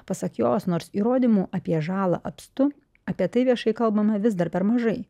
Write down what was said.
pasak jos nors įrodymų apie žalą apstu apie tai viešai kalbama vis dar per mažai